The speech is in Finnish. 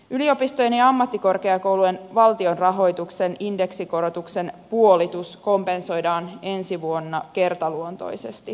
yliopistojen ja ammattikorkeakoulujen valtionrahoituksen indeksikorotuksen puolitus kompensoidaan ensi vuonna kertaluontoisesti